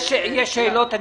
יש שאלות?